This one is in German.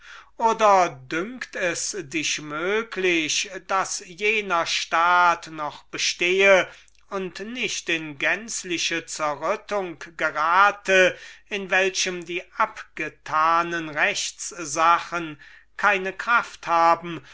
oder dünkt es dich möglich daß jener staat noch bestehe und nicht in gänzliche zerrüttung gerate in welchem die abgetanen rechtssachen keine kraft haben